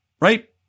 Right